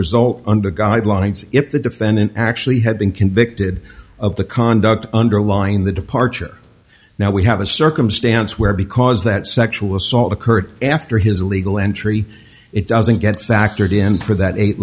result under guidelines if the defendant actually had been convicted of the conduct underlying the departure now we have a circumstance where because that sexual assault occurred after his illegal entry it doesn't get factored in for that eight